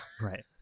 Right